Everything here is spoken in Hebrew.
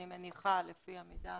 אני מניחה לפי המידע